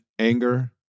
anger